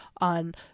on